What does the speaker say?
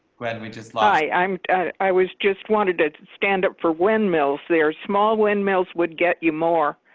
when we just lie, i'm i was just wanted to stand up for windmills. they're small windmills would get you more.